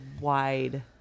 wide